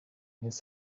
his